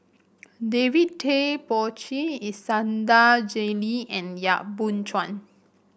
David Tay Poey Cher Iskandar Jalil and Yap Boon Chuan